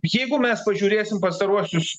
jeigu mes pažiūrėsim pastaruosius